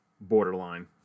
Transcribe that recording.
borderline